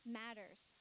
matters